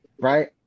right